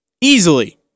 Easily